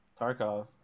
Tarkov